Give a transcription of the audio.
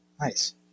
Nice